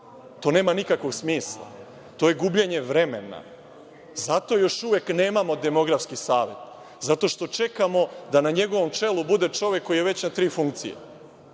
To nema nikakvog smisla. To je gubljenje vremena. Zato još uvek nemamo demografski savet. Zato što čekamo da na njegovom čelu bude čovek koji je već na tri funkcije.